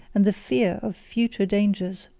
and the fear of future dangers,